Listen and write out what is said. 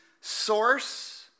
source